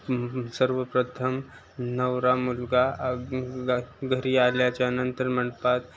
सर्वप्रथम नवरा मुलगा घरी आल्याच्यानंतर मंडपात